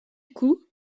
coup